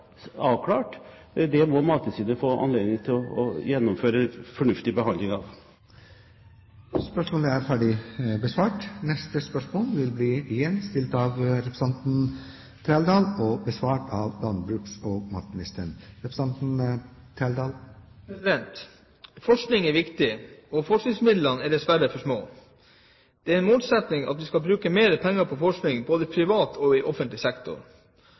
avklart. Mattilsynet må få anledning til å gjennomføre en fornuftig behandling av den. «Forskning er viktig, og forskningsmidlene er dessverre for små. Det er en målsetting at vi skal bruke mer penger på forskning både i privat og i offentlig sektor.